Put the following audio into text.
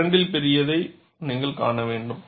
இரண்டில் பெரியதை நீங்கள் காண வேண்டும்